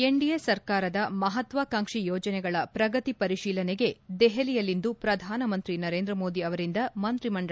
NDA ಸರ್ಕಾರದ ಮಹಾತ್ವಾಕಾಂಕ್ಷಿ ಯೋಜನೆಗಳ ಪ್ರಗತಿ ಪರಿಶೀಲನೆಗೆ ದೆಹಲಿಯಲ್ಲಿಂದು ಪ್ರಧಾನಮಂತ್ರಿ ನರೇಂದ ಮೋದಿ ಅವರಿಂದ ಮಂತ್ರಿ ಮಂಡಲದ ಸಭೆ